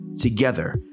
Together